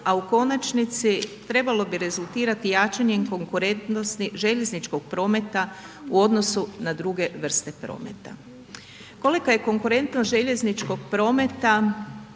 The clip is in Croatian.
a u konačnici trebalo bi rezultirati jačanjem konkurentnosti željezničkog prometa u odnosu na druge vrste prometa. Kolika je konkurentnost željezničkog prometa